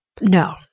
No